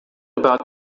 about